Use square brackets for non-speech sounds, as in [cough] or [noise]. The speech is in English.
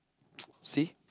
[noise] see